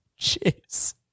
Jeez